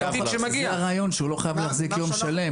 זה הרעיון שהוא לא חייב להחזיק יום שלם.